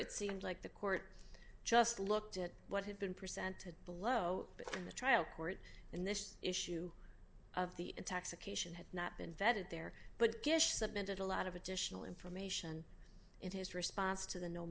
it seemed like the court just looked at what had been presented below the trial court and this issue of the intoxication had not been vetted there but just submitted a lot of additional information in his response to the no